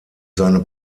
seine